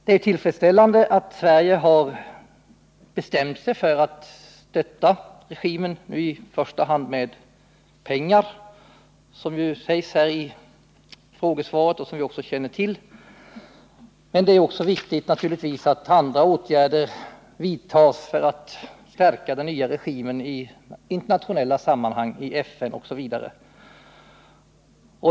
Det är tillfredsställande att den svenska regeringen — såsom framgår av svaret — nu har bestämt sig för att stödja den nuvarande regimen i Nicaragua i första hand med pengar, men det är naturligtvis också viktigt att åtgärder vidtas även för att stärka den nya regimen i internationella sammanhang, i FN osv.